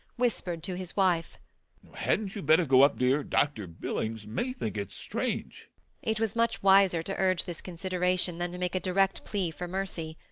whispered to his wife hadn't you better go up, dear? dr. billings may think it strange it was much wiser to urge this consideration than to make a direct plea for mercy.